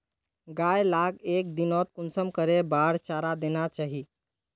गाय लाक एक दिनोत कुंसम करे बार चारा देना चही?